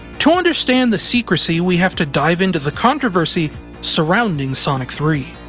to understand the secrecy, we have to dive in to the controversy surrounding sonic three.